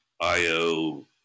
IO